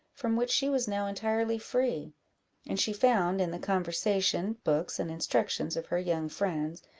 from which she was now entirely free and she found, in the conversation, books, and instructions of her young friends,